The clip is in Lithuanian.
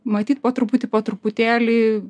matyt po truputį po truputėlį